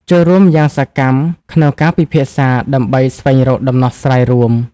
ចូលរួមយ៉ាងសកម្មក្នុងការពិភាក្សាដើម្បីស្វែងរកដំណោះស្រាយរួម។